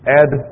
add